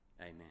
Amen